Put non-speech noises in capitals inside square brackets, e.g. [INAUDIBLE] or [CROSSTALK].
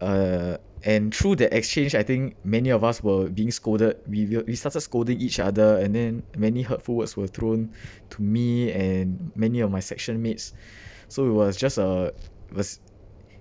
uh and through that exchange I think many of us were being scolded we will we started scolding each other and then many hurtful words were thrown [BREATH] to me and many of my section mates [BREATH] so it was just a was